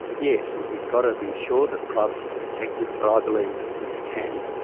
yes, and we've got to be sure that privacy is protected, but i believe that it can,